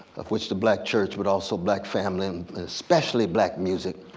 of which the black church, but also black family, and especially black music,